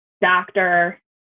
doctor